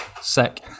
sick